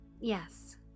Yes